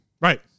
Right